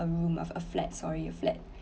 a room of a flat sorry a flat